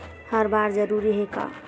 हर बार जरूरी हे का?